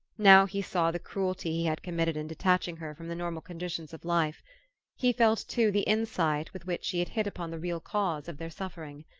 now he saw the cruelty he had committed in detaching her from the normal conditions of life he felt, too, the insight with which she had hit upon the real cause of their suffering.